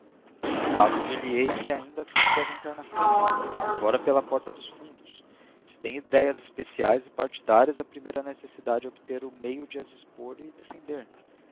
nesse caso dir lhe ei que ainda assim deve entrar na câmara embora pela porta dos fundos se tem idéias especiais e partidárias a primeira necessidade é obter o meio de as expor e defender